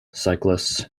cyclists